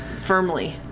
Firmly